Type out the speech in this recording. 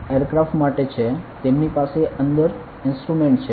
આ એરક્રાફ્ટ માટે છે તેમની પાસે અંદર ઇન્સ્ટ્રુમેન્ટ છે